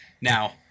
Now